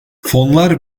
fonlar